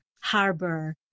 harbor